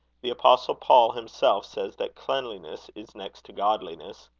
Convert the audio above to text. the apostle paul himself says that cleanliness is next to godliness.